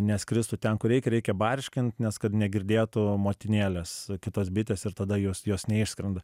neskristų ten kur reikia reikia barškint nes kad negirdėtų motinėlės kitos bitės ir tada jos jos neišskrenda